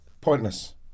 Pointless